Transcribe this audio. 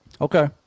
Okay